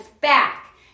back